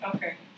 Okay